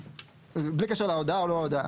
בלי קשר להודעה או לא הודעה.